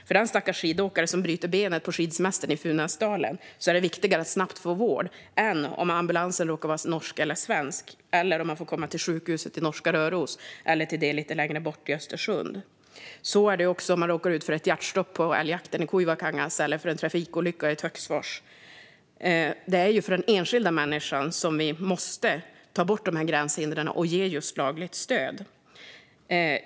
För den stackars skidåkare som bryter benet på skidsemestern i Funäsdalen är det viktigare att snabbt få vård än att ambulansen råkar vara norsk eller svensk, eller att man får komma till sjukhuset i norska Røros eller till sjukhuset lite längre bort i Östersund. Så är det också om man råkar ut för ett hjärtstopp under älgjakten i Kuivakangas eller för den som råkar ut för en trafikolycka i Töcksfors. Det är för den enskilda människan som vi måste ta bort dessa gränshinder och ge lagligt stöd.